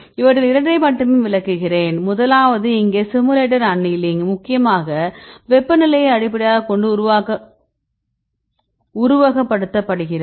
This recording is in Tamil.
அவற்றில் இரண்டை மட்டும் விளக்குகிறேன் முதலாவது இங்கே சிமுலேட்டட் அன்னிலிங்க் முக்கியமாக வெப்பநிலையை அடிப்படையாகக் கொண்டு உருவகப்படுத்தப்படுகிறது